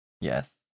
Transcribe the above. Yes